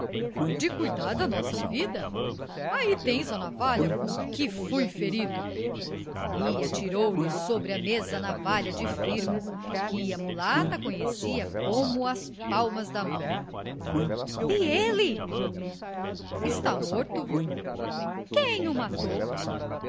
de cuidar da nossa vida ai tens a navalha com que fui ferido e atirou-lhe sobre a mesa a navalha de firmo que a mulata conhecia como as palmas da mão e ele está morto quem o matou